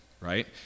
right